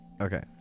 Okay